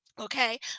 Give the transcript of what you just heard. okay